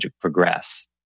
progress